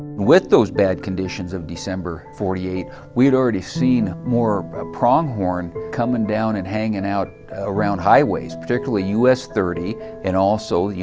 with those bad conditions of december forty eight, we had already seen more pronghorn comin' down and hangin' out around highways, particularly us thirty and also, you